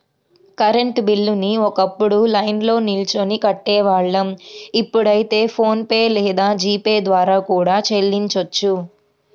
current బిల్లుని ఒకప్పుడు లైన్లో నిల్చొని కట్టేవాళ్ళం ఇప్పుడైతే ఫోన్ పే లేదా జీ పే ద్వారా కూడా చెల్లించొచ్చు